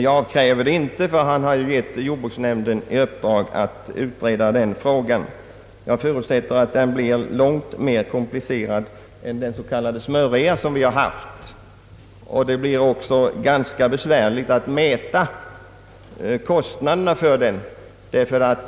Jag avkräver det inte, ty han har gett jordbruksnämnden i uppdrag att utreda denna fråga. Jag förutsätter att denna utförsäljning blir långt mera komplicerad än den s.k. smörrean som vi har haft, och det blir också ganska besvärligt att mäta kostnaderna för den,